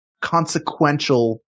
consequential